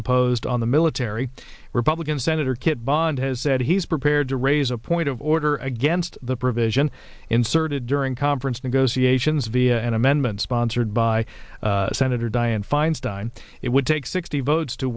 imposed on the military republican senator kit bond has said he's prepared to raise a point of order against the provision inserted during conference negotiations via an amendment sponsored by senator dianne feinstein it would take sixty votes to